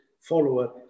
follower